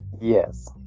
yes